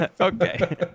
Okay